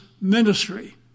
ministry